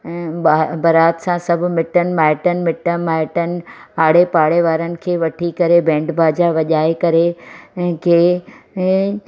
बारात सां सभु मिटनि माइटनि मिटु माइटनि आड़े पाड़े वारनि खे वठी करे बैंड बाजा वॼाए करे ऐं की